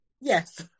Yes